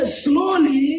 slowly